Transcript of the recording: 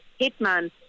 Hitman